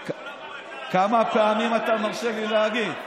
כמה פעמים אתה מרשה לי להגיד?